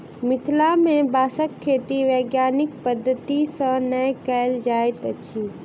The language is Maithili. मिथिला मे बाँसक खेती वैज्ञानिक पद्धति सॅ नै कयल जाइत अछि